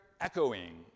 echoing